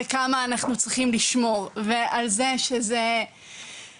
וכמה אנחנו צריכים לשמור, ועל זה שזה אין